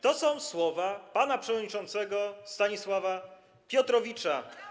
To są słowa pana przewodniczącego Stanisława Piotrowicza.